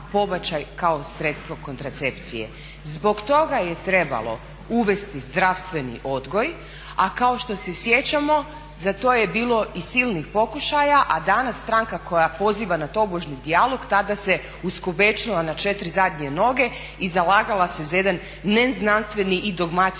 Zbog toga je trebalo uvesti zdravstveni odgoj, a kao što se sjećamo za to je bilo i silnih pokušaja, a danas stranka koja poziva na tobožnji dijalog tada se uskobečila na 4 zadnje noge i zalagala se za jedan neznanstveni i dogmatičan